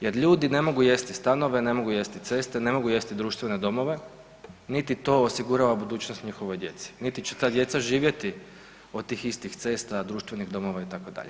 Jer ljudi ne mogu jesti stanove, ne mogu jesti ceste, ne mogu jesti društvene domove niti to osigurava budućnost njihovoj djeci, niti će ta djeca živjeti od tih istih cesta, društvenih domova itd.